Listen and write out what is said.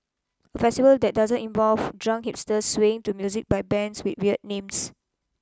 a festival that doesn't involve drunk hipsters swaying to music by bands with weird names